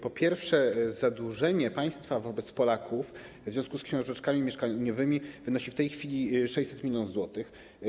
Po pierwsze, zadłużenie państwa wobec Polaków w związku z książeczkami mieszkaniowymi wynosi w tej chwili 600 mln zł.